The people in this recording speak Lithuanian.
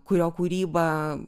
kurio kūryba